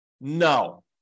No